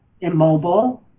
immobile